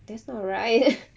that's not right